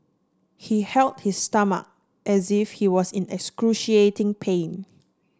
he held his stomach as if he was in excruciating pain